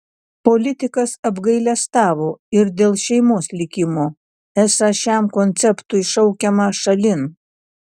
politikas apgailestavo ir dėl šeimos likimo esą šiam konceptui šaukiama šalin